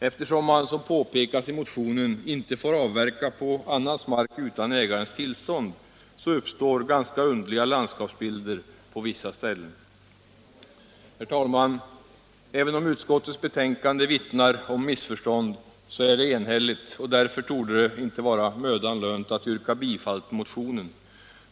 Eftersom man, som påpekas i motionen, inte får avverka på annans mark utan ägarens tillstånd, uppstår ganska underliga landskapsbilder på vissa ställen. Herr talman! Även om utskottets betänkande vittnar om missförstånd så är det enhälligt, och därför torde det inte vara mödan lönt att yrka bifall till motionen.